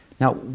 Now